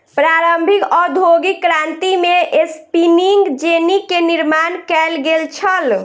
प्रारंभिक औद्योगिक क्रांति में स्पिनिंग जेनी के निर्माण कयल गेल छल